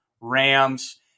Rams